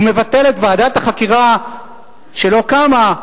ומבטל את ועדת החקירה שלא קמה,